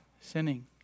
sinning